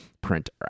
print